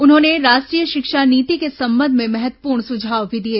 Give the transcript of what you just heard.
उन्होंने राष्ट्रीय शिक्षा नीति के संबंध में महत्वपूर्ण सुझाव भी दिए